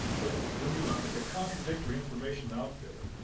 but when you look at the contradictory information out there,